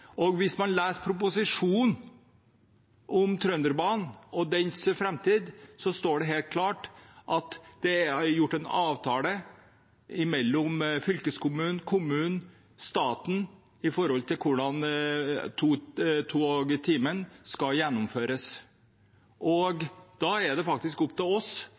Hvis man leser proposisjonen om Trønderbanen og dens framtid, står det helt klart at det er gjort en avtale mellom fylkeskommunen, kommunen og staten om hvordan to tog i timen skal gjennomføres, og da er det faktisk opp til oss.